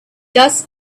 dust